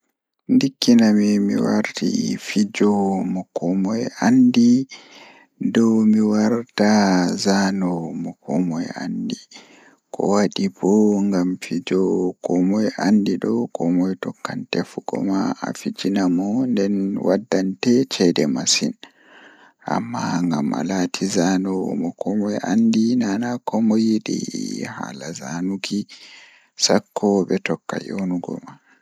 Ndikkina mi So mi waawi ɗonnoogol ko mi waɗi laawol e mbuddi walla mi waɗi laawol e caɗeele, miɗo ɗonnoo laawol e caɗeele. Caɗeele heɓi yamirde e puccuɗe ɓuri e maɓɓe, teeŋngude nde njalɓi e nguuri ɓernde. Laawol e mbuddi waɗi moƴƴi, kono ɗum heɓude ɗum no daɗi haayre. Caɗeele waɗa ngam o wi'ude puccuɗe ɗiɗabre ɓuri, heewtude ɗum ka nguuri ɓernde